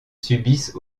subissent